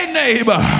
neighbor